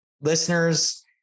listeners